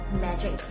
magic